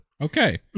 Okay